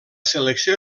selecció